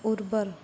ଉର୍ବର